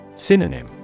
Synonym